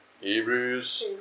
Hebrews